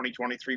2023